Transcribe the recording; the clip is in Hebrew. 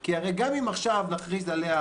כי הרי גם אם עכשיו נכריז עליה